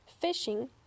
fishing